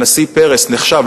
הנשיא פרס נחשב,